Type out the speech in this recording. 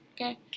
Okay